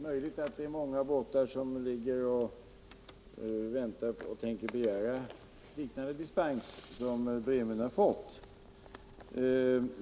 Herr talman! Det är möjligt att man för många båtar tänker begära liknande dispens som Bremön har fått.